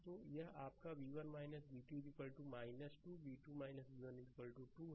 तो यह आपका v1 v2 2 या v2 v1 2 है